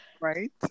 Right